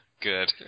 Good